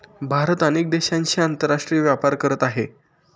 भारत अनेक देशांशी आंतरराष्ट्रीय व्यापार करत आहे